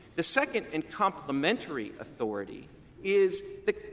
the second and complementary authority is that,